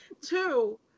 Two